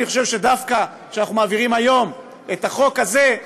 אני חושב שדווקא כשאנחנו מעבירים היום את החוק הזה,